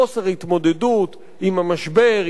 חוסר התמודדות עם המשבר,